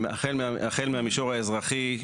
החל מהמישור האזרחי,